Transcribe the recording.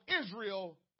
Israel